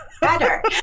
Better